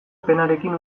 penarekin